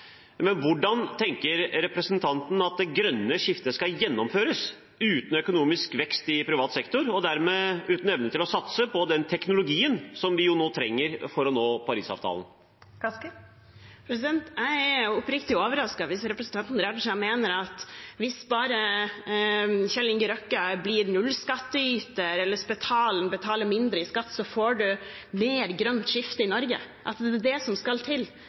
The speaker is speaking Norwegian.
Men hvordan tenker representanten at det grønne skiftet skal gjennomføres uten økonomisk vekst i privat sektor, og dermed uten evne til å satse på den teknologien som vi nå trenger for å nå målene i Parisavtalen? Jeg er oppriktig overrasket hvis representanten Raja mener at hvis bare Kjell Inge Røkke blir nullskatteyter, eller Spetalen betaler mindre i skatt, får man mer av et grønt skifte i Norge – at det er det som skal til,